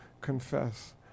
confess